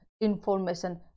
information